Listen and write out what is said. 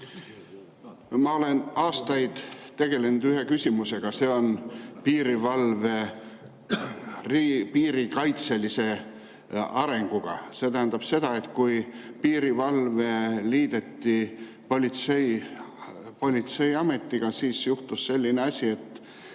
Ma olen aastaid tegelenud ühe küsimusega, see on piirivalve piirikaitseline areng. Kui piirivalve liideti politseiametiga, siis juhtus selline asi, et